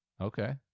Okay